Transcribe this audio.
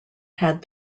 had